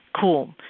Cool